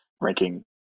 ranking